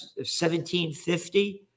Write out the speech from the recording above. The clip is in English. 1750